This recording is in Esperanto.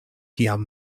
kiam